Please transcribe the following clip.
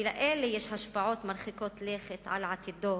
ולזו יש השפעות מרחיקות לכת על עתידו